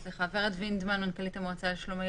צו בריאות העם מחלק את המסגרות בארץ לשתיים,